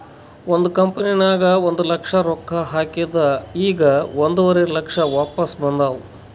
ಒಂದ್ ಕಂಪನಿನಾಗ್ ಒಂದ್ ಲಕ್ಷ ರೊಕ್ಕಾ ಹಾಕಿದ್ ಈಗ್ ಒಂದುವರಿ ಲಕ್ಷ ವಾಪಿಸ್ ಬಂದಾವ್